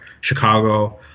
Chicago